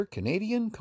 Canadian